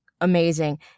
amazing